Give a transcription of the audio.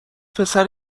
پسر